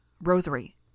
Rosary